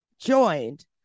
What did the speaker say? joined